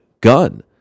gun